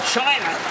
China